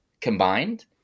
combined